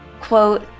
quote